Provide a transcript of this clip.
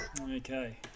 Okay